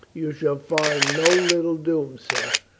you shall find no little doom, sirrah,